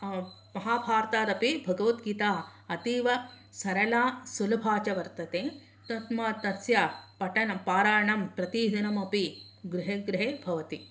महाभारतादपि भगवद्गीता अतीव सरला सुलभा च वर्तते तस्मात् तस्य पठनं पारायणं प्रतिदिनमपि गृहे गृहे भवति